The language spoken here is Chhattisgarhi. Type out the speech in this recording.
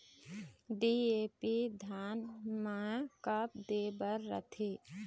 डी.ए.पी धान मे कब दे बर रथे?